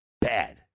bad